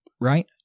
Right